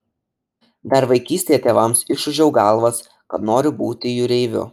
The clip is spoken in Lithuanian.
dar vaikystėje tėvams išūžiau galvas kad noriu būti jūreiviu